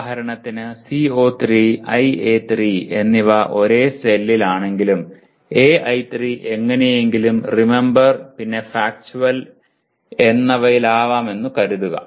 ഉദാഹരണത്തിന് CO3 IA3 എന്നിവ ഒരേ സെല്ലിലാണെങ്കിലും AI3 എങ്ങനെയെങ്കിലും റിമെംബെർ പിന്നെ ഫക്ടുവൽ എന്നിയിവലാണെന്നു കരുതുക